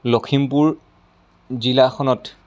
লখিমপুৰ জিলাখনত